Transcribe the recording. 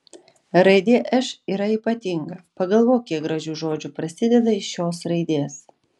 raidė š yra ypatinga pagalvok kiek gražių žodžių prasideda iš šios raidės